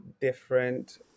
different